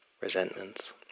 resentments